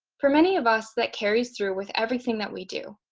for many of us, that carries through with everything that we do.